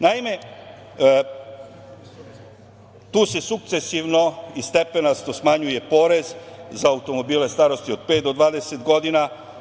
Naime, tu se sukcesivno i stepenasto smanjuje porez za automobile starosti od pet do 20 godina.